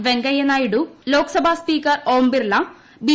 Venkaiah Naidu Lok Sabha speaker Om Birla B